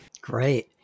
Great